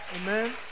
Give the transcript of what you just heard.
Amen